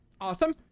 awesome